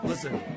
Listen